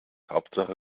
hauptsache